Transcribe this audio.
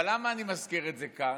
אבל למה אני מזכיר את זה כאן?